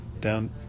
Down